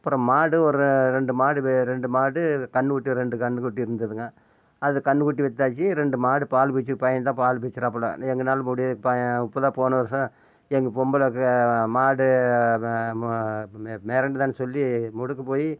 அப்புறோம் மாடு ஒரு ரெண்டு மாடு வே ரெண்டு மாடு கன்றுக்குட்டி ரெண்டு கன்றுக்குட்டி இருந்ததுங்க அது கன்றுக்குட்டி வித்தாச்சு ரெண்டு மாடு பால் பீய்ச்சி பையன்தான் பால் பீய்ச்சிறாப்புல எங்களால முடி ப இப்போதான் போன வருஷம் எங்க பொம்பளைக்கு மாடு மே மிரண்டதுன்னு சொல்லி முடுக்கு போய்